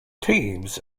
teams